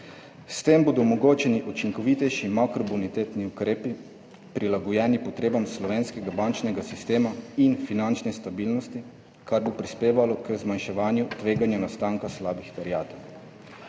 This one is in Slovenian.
S tem bodo omogočeni učinkovitejši makrobonitetni ukrepi, prilagojeni potrebam slovenskega bančnega sistema in finančne stabilnosti, kar bo prispevalo k zmanjševanju tveganja nastanka slabih terjatev.